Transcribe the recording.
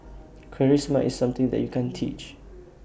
charisma is something that you can't teach